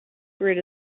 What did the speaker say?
grid